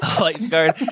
lifeguard